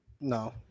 No